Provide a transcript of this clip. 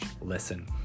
listen